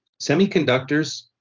Semiconductors